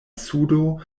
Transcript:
sudo